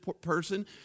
person